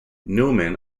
newman